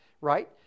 Right